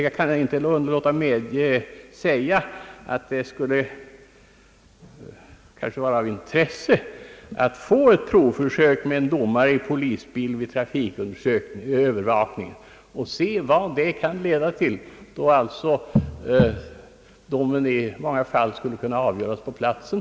Jag kan dock inte underlåta att framhålla, att det kanske skulle vara av intresse att få till stånd ett provförsök med en domare i en polisbil i samband med trafikövervakning för att se vad detta kan leda till, eftersom domen i många mindre förseelser då skulle kunna avgöras på platsen.